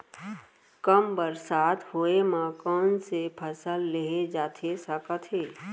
कम बरसात होए मा कौन से फसल लेहे जाथे सकत हे?